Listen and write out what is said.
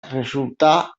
resultà